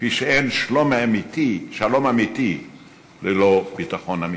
כפי שאין שלום אמיתי ללא ביטחון אמיתי.